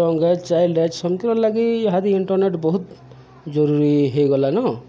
young age child age ସମ୍କିରର୍ ଲାଗି ଇହାଦେ ଇଣ୍ଟର୍ନେଟ୍ ବହୁତ୍ ଜରୁରୀ ହେଇଗଲାନ